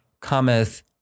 cometh